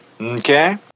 Okay